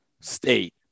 state